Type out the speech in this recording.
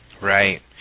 Right